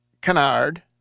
Canard